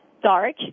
dark